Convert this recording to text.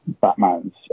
Batman's